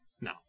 No